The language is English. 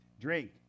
drink